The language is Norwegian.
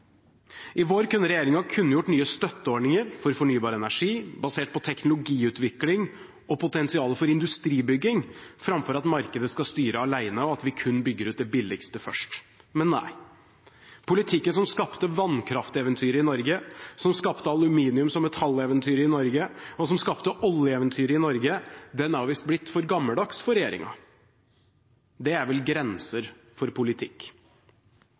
I vår kunne regjeringen ha kunngjort nye støtteordninger for fornybar energi, basert på teknologiutvikling og potensialet for industribygging, framfor at markedet skal styre alene, og at vi kun bygger ut det billigste først – men nei. Politikken som skapte vannkrafteventyret i Norge, som skapte aluminium som metalleventyret i Norge, og som skapte oljeeventyret i Norge, har visst blitt for gammeldags for regjeringen. Det er vel grenser for politikk.